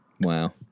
wow